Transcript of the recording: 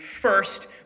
first